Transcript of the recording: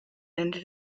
ended